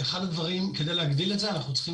אחד הדברים כדי להגדיל את זה אנחנו צריכים